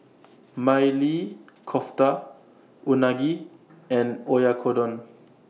Maili Kofta Unagi and Oyakodon